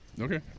Okay